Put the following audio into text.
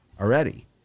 already